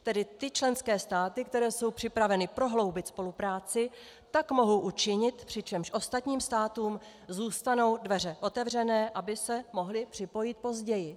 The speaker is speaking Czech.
Tedy ty členské státy, které jsou připraveny prohloubit spolupráci, tak mohou učinit, přičemž ostatním státům zůstanou dveře otevřené, aby se mohly připojit později.